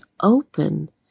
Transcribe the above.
open